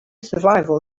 survival